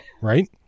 right